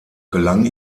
gelang